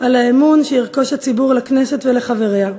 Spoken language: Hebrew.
על האמון שירחש הציבור לכנסת ולחבריה.